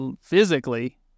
physically